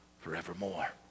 forevermore